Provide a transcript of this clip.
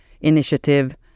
initiative